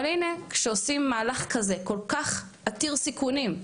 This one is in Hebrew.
אבל הנה, כשעושים מהלך כזה כל כך עתיר סיכונים,